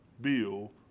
Bill